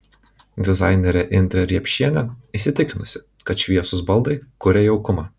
dizainerė indrė riepšienė įsitikinusi kad šviesūs baldai kuria jaukumą